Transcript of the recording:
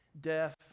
Death